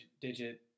digit